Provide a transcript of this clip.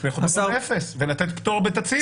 אז הוא יכול לקבוע אפס ולתת פטור בתצהיר.